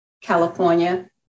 California